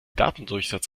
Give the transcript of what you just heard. datendurchsatz